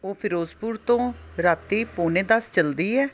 ਉਹ ਫਿਰੋਜ਼ਪੁਰ ਤੋਂ ਰਾਤੀਂ ਪੌਣੇ ਦਸ ਚੱਲਦੀ ਹੈ